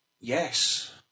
Yes